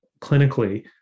clinically